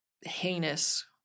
heinous